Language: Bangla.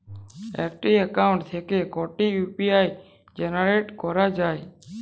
একটি অ্যাকাউন্ট থেকে কটি ইউ.পি.আই জেনারেট করা যায়?